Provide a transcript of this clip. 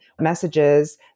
messages